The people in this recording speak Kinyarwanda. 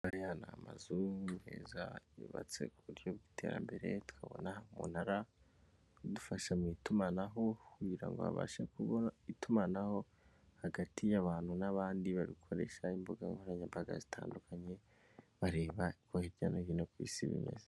Aya n'amazu meza yubatse buryo bw'iterambere, twabona umunara udufasha mu itumanaho kugira ngo abashe kubona itumanaho hagati y'abantu n'abandi bakoresha imbuga nkoranyambaga zitandukanye, bareba ko hirya no hino ku isi bimeze.